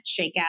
shakeout